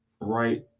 right